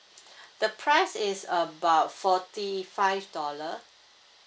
the price is about forty five dollar